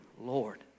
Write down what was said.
Lord